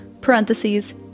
Parentheses